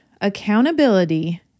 accountability